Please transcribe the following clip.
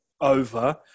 over